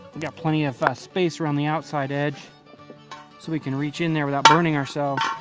got plenty of space around the outside edge so we can reach in there without burning ourselves.